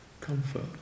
comfort